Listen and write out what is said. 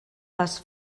les